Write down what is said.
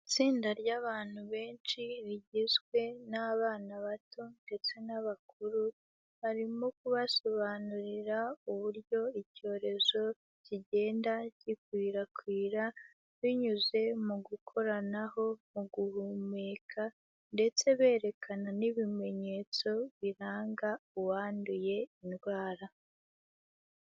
Itsinda ry'abantu benshi rigizwe n'abana bato ndetse n'abakuru, barimo kubasobanurira uburyo icyorezo kigenda gikwirakwira binyuze mu gukoranaho, mu guhumeka ndetse berekana n'ibimenyetso biranga uwanduye indwara.